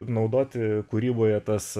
naudoti kūryboje tas